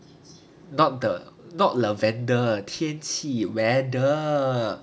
not the not lavender 天气 weather